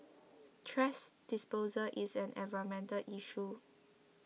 thrash disposal is an environmental issue